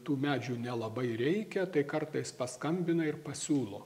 tų medžių nelabai reikia tai kartais paskambina ir pasiūlo